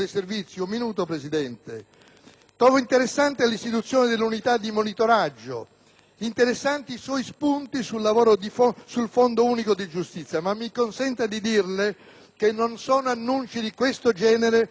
interessanti i suoi spunti sul Fondo unico di giustizia. Ma mi consenta di dirle che non è da annunci di questo genere che il Parlamento può desumere una strategia del Governo sulla giustizia.